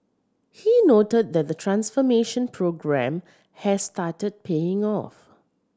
he noted that the transformation programme has started paying off